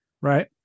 Right